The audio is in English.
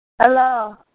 Hello